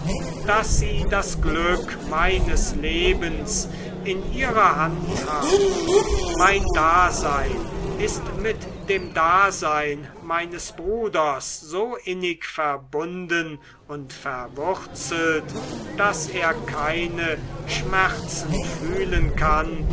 daß sie das glück meines lebens in ihrer hand haben mein dasein ist mit dem dasein meines bruders so innig verbunden und verwurzelt daß er keine schmerzen fühlen kann